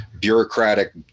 bureaucratic